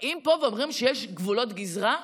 באים פה ואומרים שיש גבולות גזרה.